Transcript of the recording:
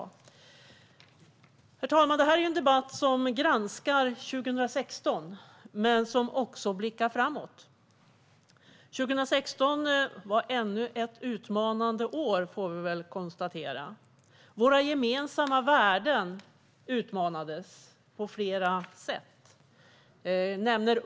Herr talman! Det här är en debatt som granskar 2016 men också blickar framåt. 2016 var ännu ett utmanande år, får vi väl konstatera. Våra gemensamma värden utmanades på flera sätt.